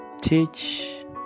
teach